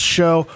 show